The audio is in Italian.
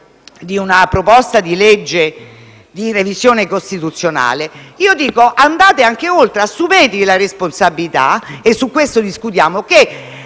di una proposta di legge di revisione costituzionale, io vi dico di andare anche oltre: assumetevi la responsabilità, e su questo discutiamo, che